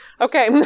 okay